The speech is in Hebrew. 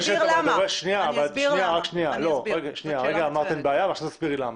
הרגע אמרתם בעיה ועכשיו תסבירי למה.